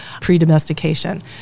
pre-domestication